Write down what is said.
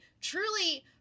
truly